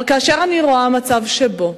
אבל כאשר אני רואה מצב שבו